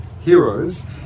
heroes